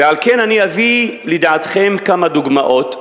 ועל כן אני אביא לידיעתכם כמה דוגמאות שמעידות,